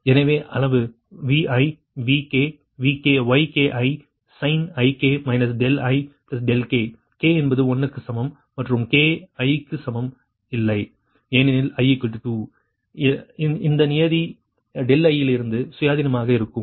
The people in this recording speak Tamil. எனவே அளவு Vi Vk Ykisin ik ik k என்பது 1 க்கு சமம் மற்றும் k i க்கு சமம் இல்லை ஏனெனில் I 2 இல் இந்த நியதி i யிலிருந்து சுயாதீனமாக இருக்கும்